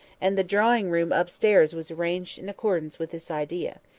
and the drawing-room upstairs was arranged in accordance with this idea.